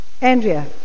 Andrea